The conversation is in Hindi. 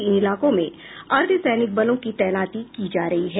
इन इलाकों में अर्द्वसैनिक बलों की तैनाती की जा रही है